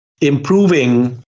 improving